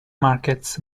markets